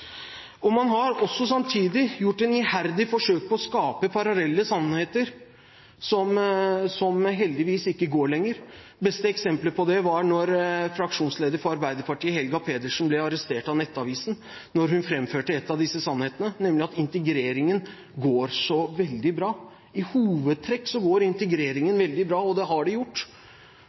har man også gjort et iherdig forsøk på å skape parallelle sannheter, noe som heldigvis ikke går lenger. Det beste eksemplet på det var da fraksjonsleder for Arbeiderpartiet, Helga Pedersen, ble arrestert av Nettavisen da hun framførte en av disse sannhetene, nemlig at integreringen går så veldig bra, i hovedtrekk går integreringen veldig bra, og det har den gjort. Det